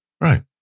Right